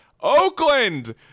Oakland